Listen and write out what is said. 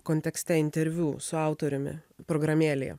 kontekste interviu su autoriumi programėlėje